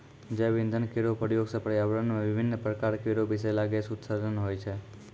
जैव इंधन केरो प्रयोग सँ पर्यावरण म विभिन्न प्रकार केरो बिसैला गैस उत्सर्जन होय छै